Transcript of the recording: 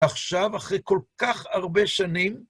עכשיו, אחרי כל כך הרבה שנים,